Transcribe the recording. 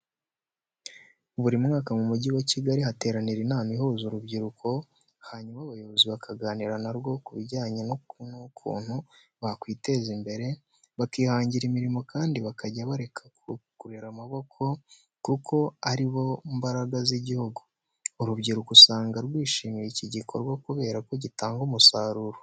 Buri mwaka mu mugi wa Kigali hateranira inama ihuza urubyiruko, hanyuma abayobozi bakaganira na rwo ku bijyanye n'ukuntu bakwiteza imbere, bakihangira imirimo kandi bakajya bareka kurera amaboko kuko ari bo mbaraga z'igihugu. Urubyiruko usanga rwishimira iki gikorwa kubera ko gitanga umusaruro.